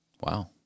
Wow